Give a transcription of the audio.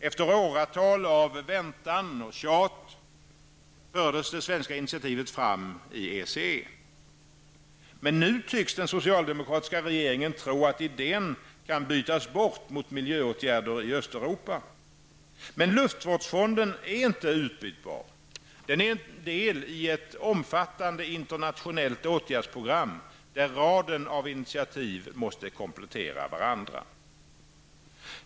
Efter åratal av väntan och tjat fördes det svenska initiativet fram i Men nu tycks den socialdemokratiska regeringen tro att idén kan bytas bort mot miljöåtgärder i Östeuropa. Men luftvårdsfonden är inte utbytbar. Den är en del i ett omfattande internationellt åtgärdsprogram, där rader av initiativ måste komplettera varandra.